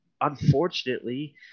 unfortunately